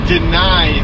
deny